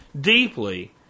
deeply